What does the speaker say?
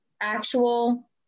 actual